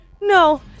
No